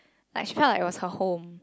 like she felt like it was her home